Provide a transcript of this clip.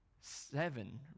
seven